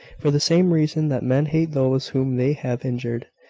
for the same reason that men hate those whom they have injured,